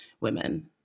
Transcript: women